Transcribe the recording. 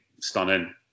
stunning